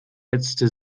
hetzte